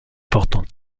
portant